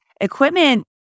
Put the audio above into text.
equipment